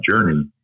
journey